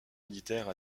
militaire